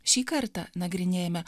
šį kartą nagrinėjame